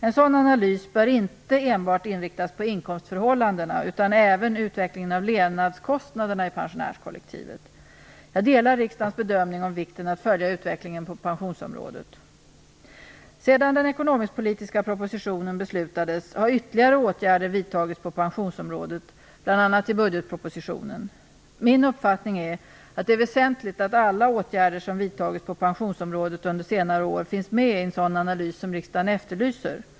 En sådan analys bör inte enbart inriktas på inkomstförhållandena utan även på utvecklingen av levnadskostnaderna i pensionärskollektivet. Jag delar riksdagens bedömning om vikten av att följa utvecklingen på pensionsområdet. Sedan den ekonomisk-politiska propositionen beslutades har ytterligare åtgärder vidtagits på pensionsområdet, bl.a. i budgetpropositionen. Min uppfattning är att det är väsentligt att alla åtgärder som vidtagits på pensionsområdet under senare år finns med i en sådan analys som riksdagen efterlyser.